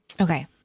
Okay